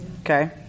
Okay